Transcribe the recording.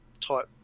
type